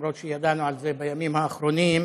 אומנם ידענו על זה בימים האחרונים,